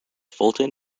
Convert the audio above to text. fulton